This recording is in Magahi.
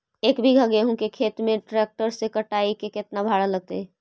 एक बिघा गेहूं के खेत के ट्रैक्टर से कटाई के केतना भाड़ा लगतै?